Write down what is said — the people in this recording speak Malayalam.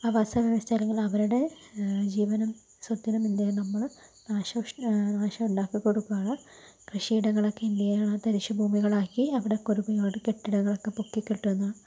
ആവാസ വ്യവസ്ഥ അല്ലെങ്കില് അവരുടെ ജീവനും സ്വത്തിനും എന്തെയ്യാ നമ്മള് നാശഷ നാശമുണ്ടാക്കി കൊടുക്കുകയാണ് കൃഷിയിടങ്ങളൊക്കെ എന്തെയ്യാണ് തരിശു ഭൂമികളാക്കി അവിടെ കുറെ കെട്ടിടങ്ങളൊക്കെ പൊക്കി കെട്ടുന്നു